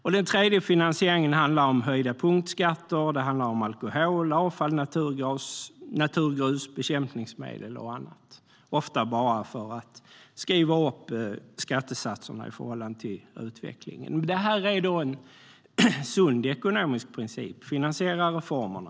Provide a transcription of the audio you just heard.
Det här är en sund ekonomisk princip - att finansiera reformerna.